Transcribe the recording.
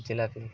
jalebi